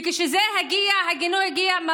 וכשהגינוי הגיע,